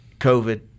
COVID